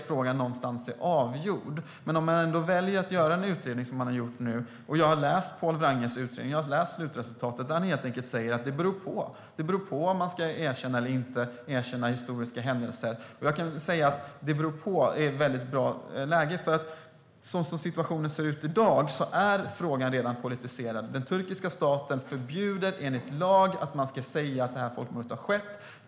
Man väljer dock att göra en utredning. Jag har läst Pål Wranges utredning - jag har läst slutresultatet - där han helt enkelt säger att det beror på. Det beror på om man ska erkänna historiska händelser eller inte. Att säga att det beror på är ju väldigt lägligt, för som situationen ser ut i dag är frågan redan politiserad. Den turkiska staten förbjuder i lag att man säger att folkmordet har skett.